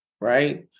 right